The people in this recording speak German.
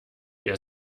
wer